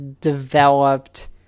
developed